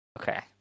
okay